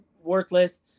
worthless